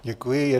Děkuji.